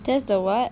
that's the what